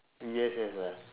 U_S_S ah